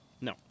no